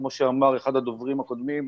כמו שאמר אחד הדוברים הקודמים,